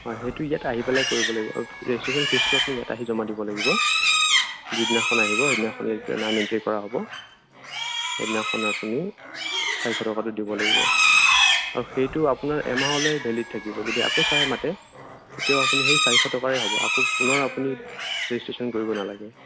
হয় সেইতো ইয়াতে আহি পেলাই কৰিব লাগিব আৰু ৰেজিষ্ট্ৰেচন ফীজটো আপুনি ইয়াত আহি জমা দিব লাগিব যিদিনাখন আহিব সিদিনাখন ইয়াতে নাম এন্ট্ৰি কৰা হ'ব সেইদিনাখন আপুনি চাৰিশ টকাটো দিব লাগিব আৰু সেইটো আপোনাৰ এমাহলে ভেলিড থাকিব যদি আকৌ ছাৰে মাতে তেতিয়াও আপুনি সেই চাৰিশ টকাৰে হ'ব আকৌ পুনৰ আপুনি ৰেজিষ্ট্ৰেচন কৰিব নালাগে